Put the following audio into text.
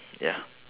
ya